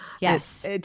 Yes